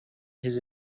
his